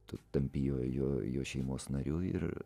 tu tampi jo jo jo šeimos nariu ir